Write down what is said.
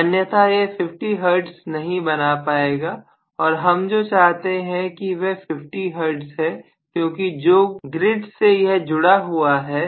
अन्यथा यह 50 हर्ट्ज़ नहीं बना पाएगा और हम जो चाहते हैं वह 50 हर्ट्ज़ है क्योंकि जो ग्रिड से जुड़ा है